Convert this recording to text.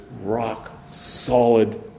rock-solid